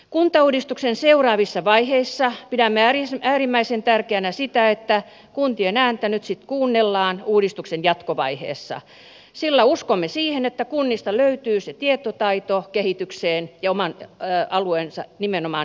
kuntauudistuksen seuraavissa vaiheissa pidämme äärimmäisen tärkeänä sitä että kuntien ääntä nyt sitten kuunnellaan uudistuksen jatkovaiheessa sillä uskomme siihen että kunnista löytyy se tietotaito kehitykseen ja nimenomaan oman alueensa eritysolosuhteista